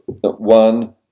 one